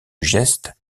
geste